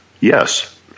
yes